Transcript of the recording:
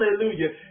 Hallelujah